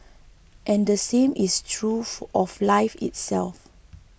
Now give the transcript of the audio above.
and the same is true of life itself